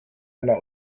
einer